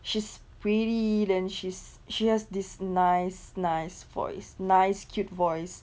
she's pretty then she's she has this nice nice voice nice cute voice